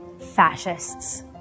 Fascists